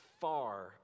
far